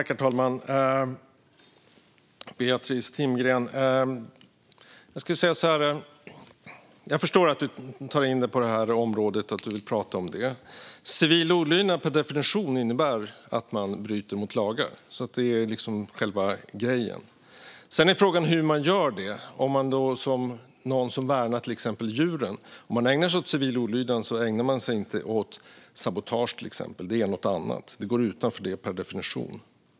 Herr talman! Jag förstår att Beatrice Timgren vill prata om detta. Civil olydnad per definition innebär att man bryter mot lagar. Det är själva grejen. Sedan är frågan hur man gör det. Om någon som till exempel värnar djuren ägnar sig åt civil olydnad ägnar man sig inte åt exempelvis sabotage. Det är någonting annat. Det går utanför detta per definition.